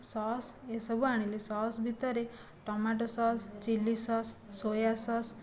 sauce ଏସବୁ ଆଣିଲି sauce ଭିତରେ tomato sauce chilli sauce soya sauce